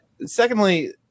secondly